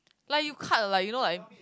like you cut like you know like